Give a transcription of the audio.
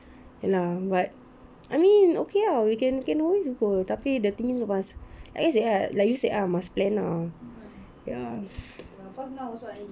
ya lah but I mean okay lah we can we can always go tapi the thing is like you said ah must plan lah ya